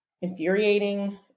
infuriating